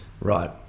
Right